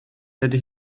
dydy